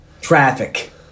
Traffic